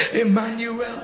Emmanuel